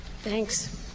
Thanks